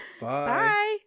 bye